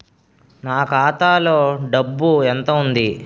నా ఖాతాలో డబ్బు ఎంత ఉంది?